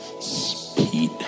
speed